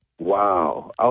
Wow